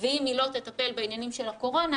ואם היא לא תטפל בעניינים של הקורונה,